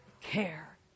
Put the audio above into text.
care